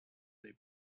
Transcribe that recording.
they